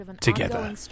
together